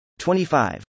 25